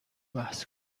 بحث